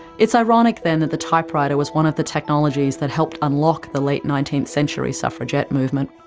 it's ironic, then, that the typewriter was one of the technologies that helped unlock the late nineteenth century suffragette movement.